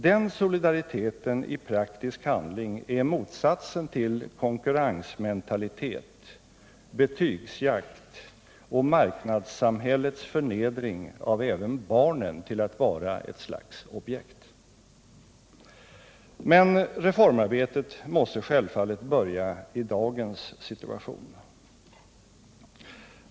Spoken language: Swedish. Den solidariteten i praktisk handling är motsatsen till konkurrensmentalitet, betygsjakt och marknadssamhällets förnedring av även barnen till ett slags objekt. Men reformarbetet måste självfallet börja i dagens situation.